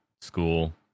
school